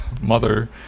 mother